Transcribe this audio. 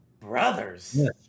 Brothers